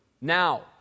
Now